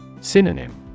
Synonym